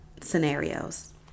scenarios